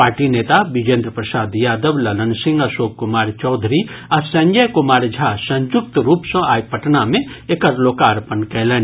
party नेता बिजेन्द्र प्रसाद यादव ललन सिंह अशोक कुमार चौधरी आ संजय कुमार झा संयुक्त रूप सँ आइ पटना मे एकर लोकार्पण कयलनि